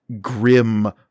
grim